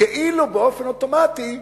כאילו, באופן אוטומטי,